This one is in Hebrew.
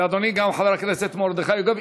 וגם אדוני, חבר הכנסת מרדכי יוגב?